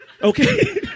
Okay